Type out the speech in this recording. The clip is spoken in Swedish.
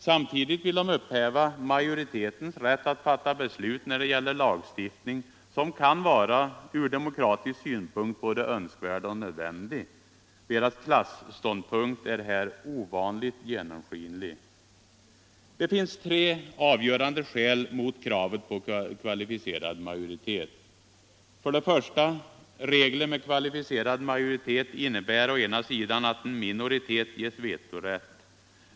Samtidigt vill de upphäva majoritetens rätt att fatta beslut när det gäller lagstiftning som kan vara ur demokratisk synpunkt både önskvärd och nödvändig. Deras klasståndpunkt är här ovanligt genomskinlig. Det finns tre avgörande skäl mot kravet på kvalificerad majoritet. För det första: Regler om kvalificerad majoritet innebär å ena sidan att en minoritet ges vetorätt.